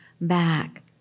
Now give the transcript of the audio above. back